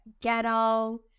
ghetto